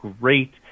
great